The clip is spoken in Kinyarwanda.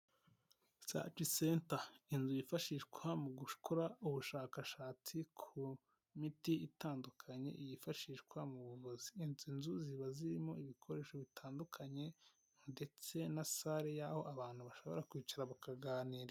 Risaci senta, inzu yifashishwa mu gu gukora ubushakashatsi ku miti itandukanye yifashishwa mu buvuzi inzu inzu ziba zirimo ibikoresho bitandukanye ndetse na sale y'aho abantu bashobora kwicara bakaganira.